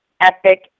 epic